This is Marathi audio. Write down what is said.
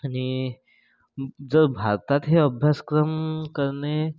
आणि जर भारतात हे अभ्यासक्रम करणे